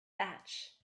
thatch